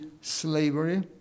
slavery